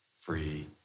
free